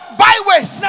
byways